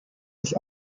sich